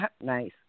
nice